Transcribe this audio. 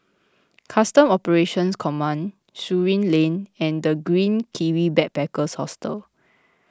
Customs Operations Command Surin Lane and the Green Kiwi Backpackers Hostel